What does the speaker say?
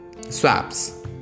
swaps